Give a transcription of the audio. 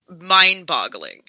mind-boggling